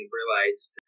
realized